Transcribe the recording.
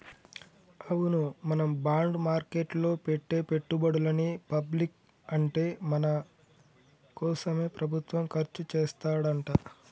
అవును మనం బాండ్ మార్కెట్లో పెట్టే పెట్టుబడులని పబ్లిక్ అంటే మన కోసమే ప్రభుత్వం ఖర్చు చేస్తాడంట